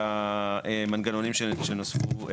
והמנגנונים שנוספו,